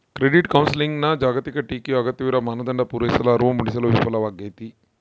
credit ಕೌನ್ಸೆಲಿಂಗ್ನ ಜಾಗತಿಕ ಟೀಕೆಯು ಅಗತ್ಯವಿರುವ ಮಾನದಂಡ ಪೂರೈಸಲು ಅರಿವು ಮೂಡಿಸಲು ವಿಫಲವಾಗೈತಿ